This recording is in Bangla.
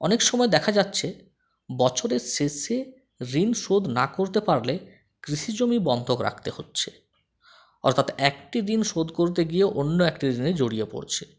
অনেক সময় দেখা যাচ্ছে বছরের শেষে ঋণ শোধ না করতে পারলে কৃষি জমি বন্ধক রাখতে হচ্ছে অর্থাৎ একটি ঋণ শোধ করতে গিয়ে অন্য একটি ঋণে জড়িয়ে পড়ছে